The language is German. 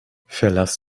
verlass